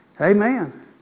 Amen